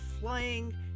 flying